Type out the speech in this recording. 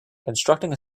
constructing